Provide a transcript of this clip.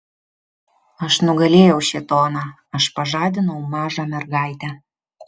aš nugalėjau šėtoną aš pažadinau mažą mergaitę